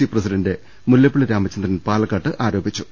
C president Mullappally Ramachandran പാല ക്കാട്ട് ആരോപിച്ചു